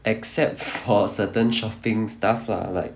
except for certain shopping stuff lah like